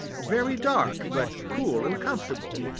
very dark but cool and comfortable.